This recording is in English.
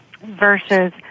versus